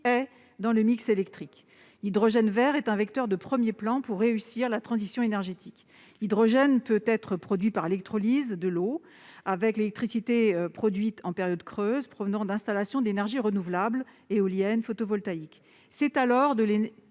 est dans le mix électrique. À cet égard, l'hydrogène vert est un vecteur de premier plan pour réussir la transition énergétique. L'hydrogène peut être produit par électrolyse de l'eau, grâce à l'électricité produite en période creuse en provenance d'installations d'énergies renouvelables- éolien, photovoltaïque ... C'est alors de l'hydrogène